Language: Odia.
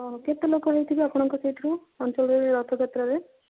ଆଉ କେତେ ଲୋକ ହୋଇଥିବେ ଆପଣଙ୍କ ସେଇଥିରୁ ଅଞ୍ଚଳରେ ରଥଯାତ୍ରାରେ